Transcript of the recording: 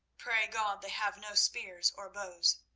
pray god they have no spears or bows.